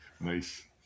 Nice